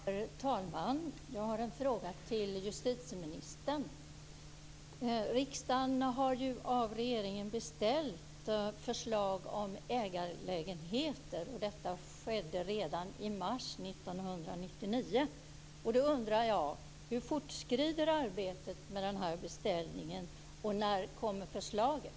Herr talman! Jag har en fråga till justitieministern. Riksdagen har ju av regeringen beställt förslag om ägarlägenheter. Detta skedde redan i mars 1999. Jag undrar: Hur fortskrider arbetet med den här beställningen, och när kommer förslaget?